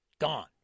Gone